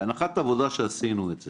בהנחת עבודה שעשינו את זה,